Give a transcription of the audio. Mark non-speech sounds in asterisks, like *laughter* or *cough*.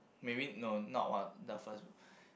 maybe no not one the first *breath*